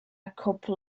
couple